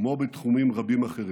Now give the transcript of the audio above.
כמו גם בתחומים אחרים.